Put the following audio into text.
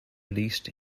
released